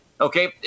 okay